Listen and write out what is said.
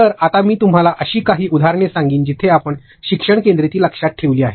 तर आता मी तुम्हाला अशी काही उदाहरणे सांगेन जिथे आपण शिक्षण केंद्रीती लक्षात ठेवली आहे